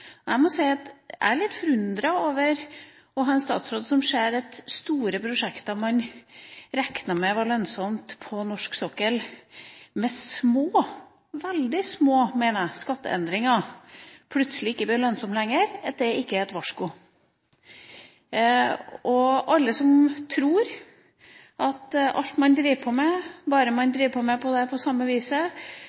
Jeg må si at jeg er litt forundret over å ha en statsråd som ikke ser at store prosjekter på norsk sokkel som man regnet med var lønnsomme, men som med små – veldig små, mener jeg – skatteendringer plutselig ikke blir lønnsomme lenger, at det er et varsko. Jeg syns det er skummelt med alle som tror at bare man driver på